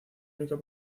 único